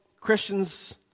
Christian's